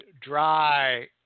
dry